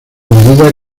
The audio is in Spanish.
medida